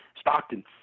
Stockton